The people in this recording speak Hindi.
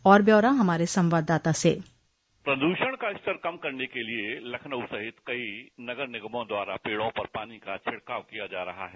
और ब्यौरा हमारे संवाददाता सेश् प्रदूषण का स्तर कम करने के लिए लखनऊ सहित कई नगर निगमों द्वारा पेड़ो पर पानी का छिड़काव किया जा रहा है